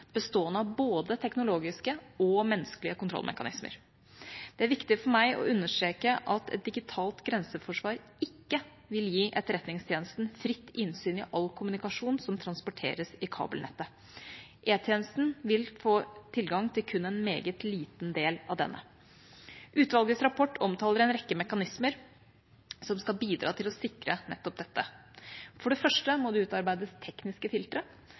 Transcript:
bestående av både teknologiske og menneskelige kontrollmekanismer. Det er viktig for meg å understreke at et digitalt grenseforsvar ikke vil gi Etterretningstjenesten fritt innsyn i all kommunikasjon som transporteres i kabelnettet. E-tjenesten vil få tilgang til kun en meget liten del av denne. Utvalgets rapport omtaler en rekke mekanismer som skal bidra til å sikre nettopp dette. For det første må det utarbeides tekniske filtre